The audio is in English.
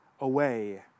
away